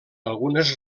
algunes